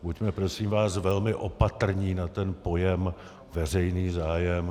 Buďme prosím vás velmi opatrní na pojem veřejný zájem.